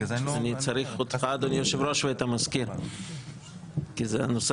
ברגע שתיכף, בהצבעה ייקבעו המועדים, הרי הדבר